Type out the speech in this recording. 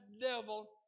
devil